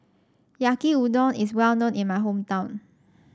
Yaki Udon is well known in my hometown